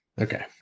Okay